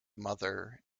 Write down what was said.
mother